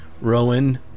Rowan